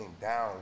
down